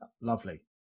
Lovely